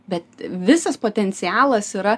bet visas potencialas yra